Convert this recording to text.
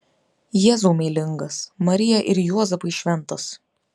jėzau meilingas marija ir juozapai šventas